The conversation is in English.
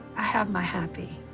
have my happy.